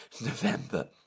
November